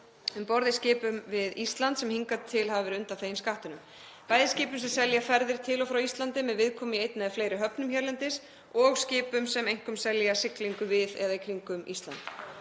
um borð í skipum við Ísland sem hingað til hafa verið undanþegin skattinum, bæði skipum sem selja ferðir til og frá Íslandi með viðkomu í einni eða fleiri höfnum hérlendis og skipum sem einkum selja siglingu við eða kringum Ísland.